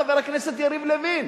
חבר הכנסת יריב לוין,